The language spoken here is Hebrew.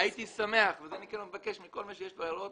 אני מבקש מכל מי שיש לו הערות